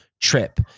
trip